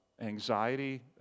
anxiety